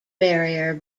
barrier